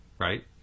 Right